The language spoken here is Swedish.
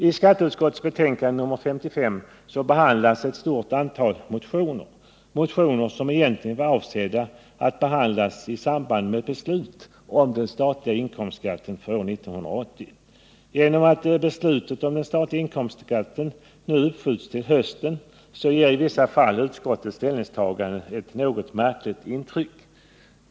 I skatteutskottets betänkande nr 55 behandlas ett stort antal motioner, motioner som egentligen var avsedda att behandlas i samband med beslutet om den statliga inkomstskatten för år 1980. Genom att detta beslut nu uppskjuts till hösten ger utskottets ställningstaganden i vissa fall ett något märkligt intryck.